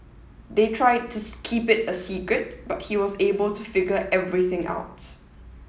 they tried to keep it a secret but he was able to figure everything out